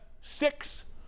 six